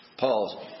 Paul